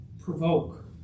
provoke